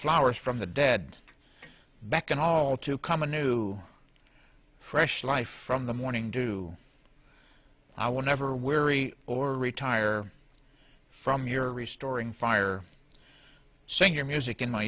flowers from the dead back and all to come a new fresh life from the morning dew i will never weary or retire from your restoring fire sing your music in my